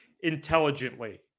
intelligently